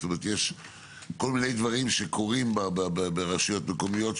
יש כל מיני דברים שקורים ברשויות מקומיות,